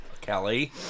Kelly